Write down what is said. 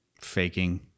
faking